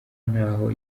ntaho